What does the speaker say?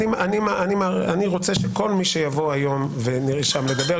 אני רוצה שכל מי שיבוא היום וירצה לדבר,